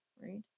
right